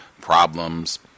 problems